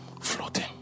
Floating